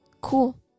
cool